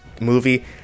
movie